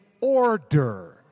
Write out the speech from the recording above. order